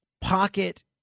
pocket